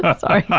ah sorry